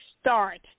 start